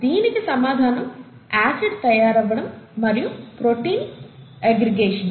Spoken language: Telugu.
దీనికి సమాధానం ఆసిడ్ తయారవ్వడం మరియు ప్రోటీన్ అగ్గ్రిగేషన్